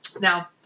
Now